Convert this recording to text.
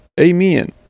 Amen